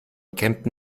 kempten